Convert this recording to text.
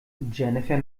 jennifer